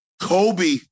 Kobe